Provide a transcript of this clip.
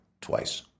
twice